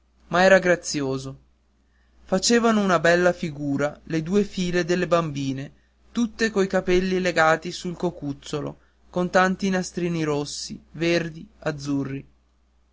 ma era grazioso facevano una bella figura le due file delle bambine tutte coi capelli legati sul cocuzzolo con tanti nastrini rossi verdi azzurri